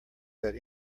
that